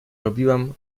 robiłam